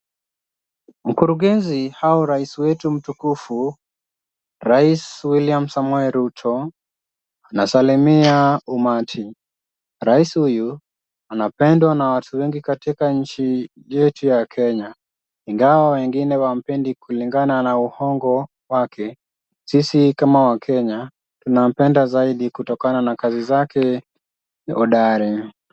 Mkurugenzi au rais wetu mtukufu, rais William Samoei Ruto, anasalimia umati. Rais huyu anapendwa na watu wengi katika nchi yetu ya Kenya. Ingawa wengine hawampendi kulingana na uongo wake, sisi kama wakenya, tunampenda zaidi kutokana na kazi zake hodari.